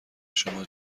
شما